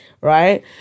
right